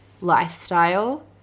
lifestyle